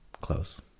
close